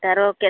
ତା'ର କେତେ